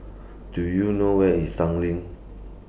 Do YOU know Where IS Tanglin